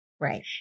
Right